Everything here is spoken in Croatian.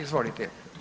Izvolite.